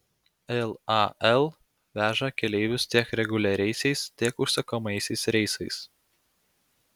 lal veža keleivius tiek reguliariaisiais tiek užsakomaisiais reisais